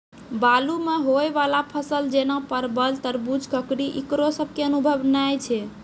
बालू मे होय वाला फसल जैना परबल, तरबूज, ककड़ी ईकरो सब के अनुभव नेय छै?